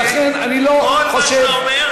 ולכן, אני לא חושב, כל מה שאתה אומר,